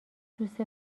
دوست